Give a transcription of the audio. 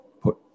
put